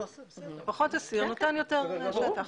פחות אסיר נותן יותר שטח.